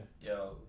Yo